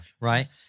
right